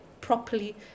properly